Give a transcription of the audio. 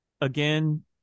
again